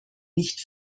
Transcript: nicht